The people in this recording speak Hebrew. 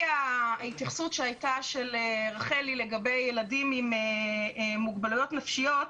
להתייחסות של רחלי לגבי ילדים עם מוגבלויות נפשיות.